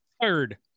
third